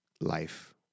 life